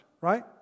right